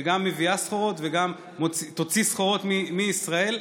שגם מביאה סחורות וגם תוציא סחורות מישראל,